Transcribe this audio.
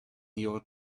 your